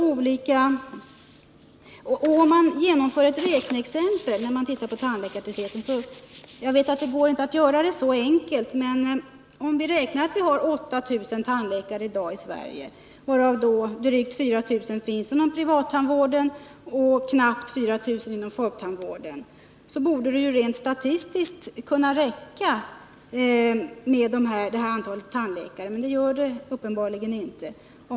Om man genomför ett räknexempel beträffande tandläkartätheten, finner man att vi har 8 000 tandläkare i dag i Sverige, varav drygt 4 000 finns inom privattandvården och knappt 4 000 inom folktandvården. Då borde det ju rent statistiskt kunna räcka med detta antal tandläkare, men det gör det uppenbarligen inte.